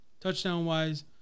touchdown-wise